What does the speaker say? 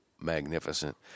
magnificent